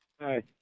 Hi